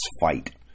fight